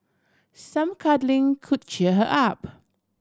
some cuddling could cheer her up